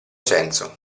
senso